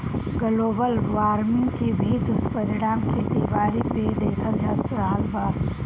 global warming के भी दुष्परिणाम खेती बारी पे देखल जा रहल बा